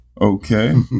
okay